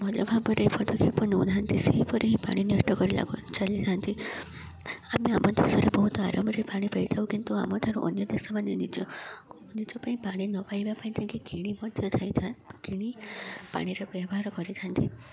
ଭଲ ଭାବରେ ପଦକ୍ଷେପ ନଉନାହାନ୍ତି ସେହିପରି ହିଁ ପାଣି ନଷ୍ଟ କରିବା ଚାଲିଥାନ୍ତି ଆମେ ଆମ ଦେଶରେ ବହୁତ ଆରମ୍ଭରେ ପାଣି ପାଇଥାଉ କିନ୍ତୁ ଆମଠାରୁ ଅନ୍ୟ ଦେଶମାନେ ନିଜ ନିଜ ପାଇଁ ପାଣି ନ ପାଇବା ପାଇଁ ଯାହାକି କିଣି କିଣି ପାଣିରେ ବ୍ୟବହାର କରିଥାନ୍ତି